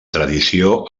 tradició